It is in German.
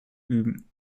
üben